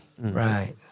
Right